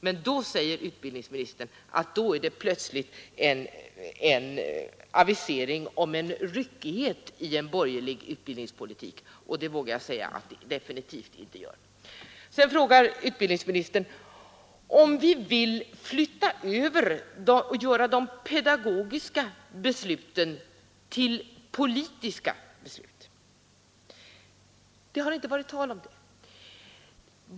Men då säger utbildningsministern att detta innebär en avisering om ryckighet i en borgerlig utbildningspolitik. Jag påstår att så definitivt inte är fallet. Sedan frågade utbildningsministern om vi vill göra de pedagogiska besluten till politiska beslut. Det har inte varit tal om det!